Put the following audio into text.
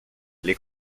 les